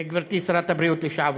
גברתי שרת הבריאות לשעבר,